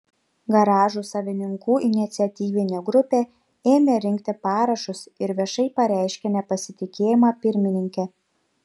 garažų savininkų iniciatyvinė grupė ėmė rinkti parašus ir viešai pareiškė nepasitikėjimą pirmininke